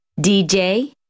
DJ